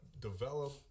develop